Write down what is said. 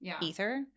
ether